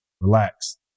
Relax